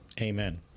Amen